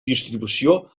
distribució